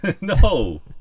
No